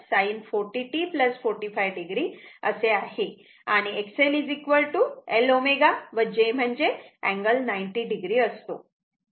1 sin 40 t 45 o असे आहे आणि XL Lω व j म्हणजेच अँगल 90 o असतो